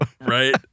Right